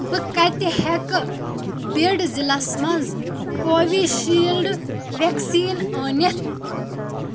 بہٕ کَتہِ ہٮ۪کہٕ بِڈ ضلعس مَنٛز کووِشیٖلڈ وٮ۪کسیٖن أنِتھ